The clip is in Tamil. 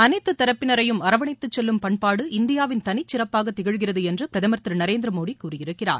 அனைத்துத்தரப்பினரையும் அரவணைத்து செல்லும் பண்பாடு இந்தியாவின் தனிச்சிறப்பாக திகழ்கிறது என்று பிரதமர் திரு நரேந்திர மோடி கூறியிருக்கிறார்